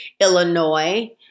Illinois